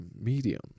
medium